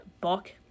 book